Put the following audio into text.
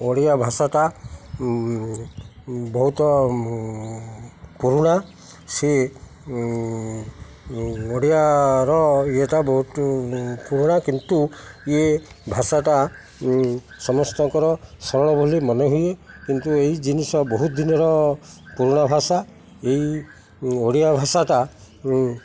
ଓଡ଼ିଆ ଭାଷାଟା ବହୁତ ପୁରୁଣା ସିଏ ଓଡ଼ିଆର ଇଏଟା ବହୁତ ପୁରୁଣା କିନ୍ତୁ ଇଏ ଭାଷାଟା ସମସ୍ତଙ୍କର ସରଳ ବୋଲି ମନେହୁଏ କିନ୍ତୁ ଏଇ ଜିନିଷ ବହୁତ ଦିନର ପୁରୁଣା ଭାଷା ଏଇ ଓଡ଼ିଆ ଭାଷାଟା